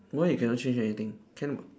why you cannot change anything can [what]